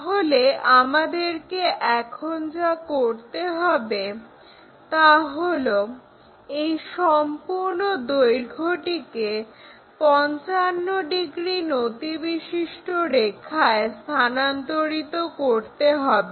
তাহলে আমাদেরকে এখন যা করতে হবে তাহলো সম্পূর্ণ দৈর্ঘ্যকে 55° নতিবিশিষ্ট রেখায় স্থানান্তরিত করতে হবে